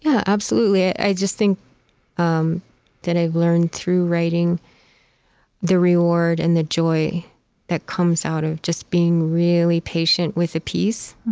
absolutely. i think um that i've learned through writing the reward and the joy that comes out of just being really patient with a piece